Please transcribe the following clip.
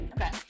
Okay